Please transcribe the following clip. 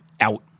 out